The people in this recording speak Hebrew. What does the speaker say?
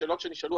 השאלות שנשאלו,